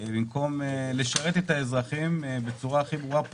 במקום לשרת את האזרחים בצורה הכי ברורה,